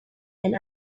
and